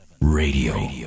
Radio